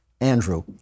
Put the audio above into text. Andrew